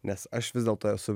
nes aš vis dėlto esu